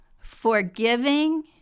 forgiving